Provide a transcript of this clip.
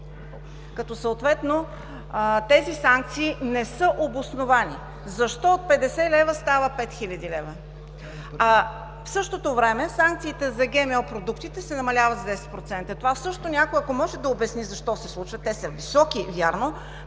като съответно тези санкции не са обосновани и защо от 50 лв. стават 5000 лв. В същото време санкциите за ГМО-продуктите се намаляват с 10%. Това също някой, ако може да обясни защо се случва? Те са високи – вярно,